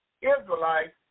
Israelites